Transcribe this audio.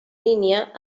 línia